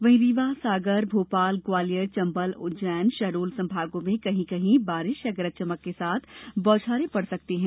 वहीं रीवा सागर भोपाल ग्वालियर चंबल उज्जैन शहडोल संभागों में कहीं कहीं बारिश या गरज चमक के साथ बौछारें पड़ सकती हैं